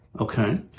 Okay